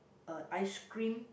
a ice cream